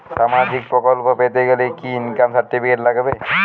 সামাজীক প্রকল্প পেতে গেলে কি ইনকাম সার্টিফিকেট লাগবে?